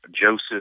Joseph